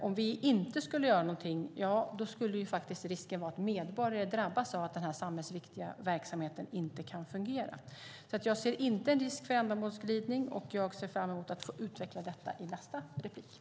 Om vi inte gör någonting finns risken att medborgare drabbas av att denna samhällsviktiga verksamhet inte kan fungera. Jag ser alltså inte någon risk för ändamålsglidning, och jag ser fram emot att få utveckla detta i nästa inlägg.